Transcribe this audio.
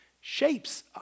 shapes